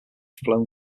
flown